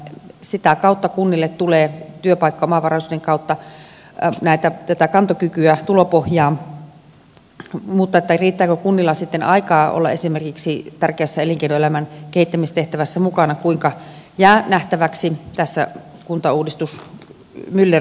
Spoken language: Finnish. työpaikkaomavaraisuuden kautta kunnille tulee tätä kantokykyä tulopohjaa mutta se riittääkö kunnilla sitten aikaa olla esimerkiksi tärkeässä elinkeinoelämän kehittämistehtävässä mukana jää nähtäväksi tässä kuntauudistusmyllerryksessä